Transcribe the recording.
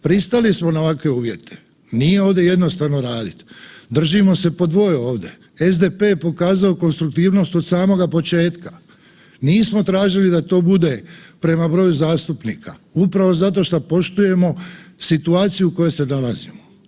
Pristali smo na ovakve uvjete, nije ovdje jednostavno raditi, držimo se po 2 ovdje, SDP je pokazao konstruktivnost od samoga početka, nismo tražili da to bude prema broju zastupnika upravo zato šta poštujemo situaciju u kojoj se nalazimo.